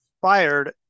fired